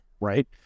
right